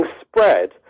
spread